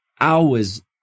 hours